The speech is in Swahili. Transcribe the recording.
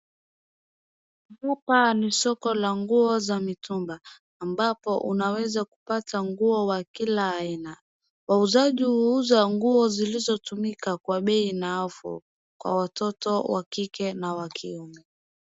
Hapa ni soko la nguo za mitumba ambapo unaweza kupa nguo wa kila aina. Wauzaji huza nguo zilizotumika kwa bei nafuu kwa watoto wa kike na wa kiume.